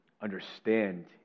understand